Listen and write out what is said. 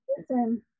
listen